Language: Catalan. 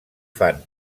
fan